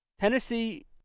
Tennessee